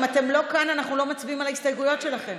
אם אתם לא כאן אנחנו לא מצביעים על ההסתייגויות שלכם.